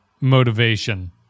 motivation